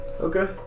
Okay